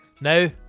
Now